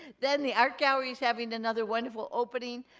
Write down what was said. then, the art gallery is having another wonderful opening.